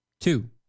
Two